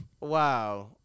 Wow